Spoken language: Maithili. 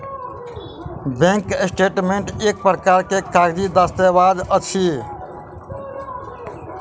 बैंक स्टेटमेंट एक प्रकारक कागजी दस्तावेज अछि